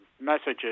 messages